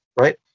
right